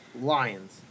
lions